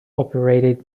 operated